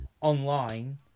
online